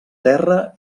terra